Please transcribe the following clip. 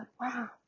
wow